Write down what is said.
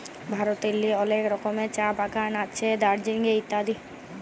ভারতেল্লে অলেক রকমের চাঁ বাগাল আছে দার্জিলিংয়ে ইত্যাদি